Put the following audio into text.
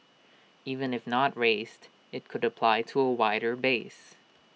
even if not raised IT could apply to A wider base